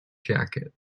jacket